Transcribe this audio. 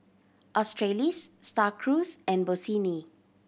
Australis Star Cruise and Bossini